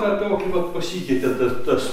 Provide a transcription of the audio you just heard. tą tokį vat pasikeitė ta tas